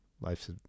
life's